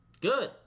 Good